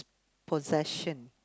possession